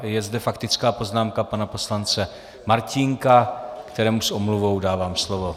Je zde faktická poznámka pana poslance Martínka, kterému s omluvou dávám slovo.